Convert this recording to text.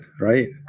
right